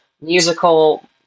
musical